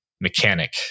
mechanic